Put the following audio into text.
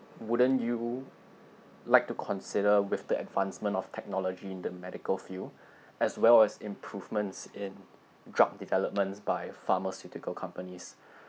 wouldn't you like to consider with the advancement of technology in the medical field as well as improvements in drug developments by pharmaceutical companies